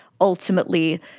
ultimately